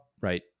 Right